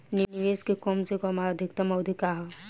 निवेश के कम से कम आ अधिकतम अवधि का है?